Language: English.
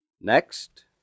Next